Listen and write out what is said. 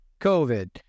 covid